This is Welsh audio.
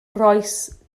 rois